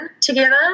together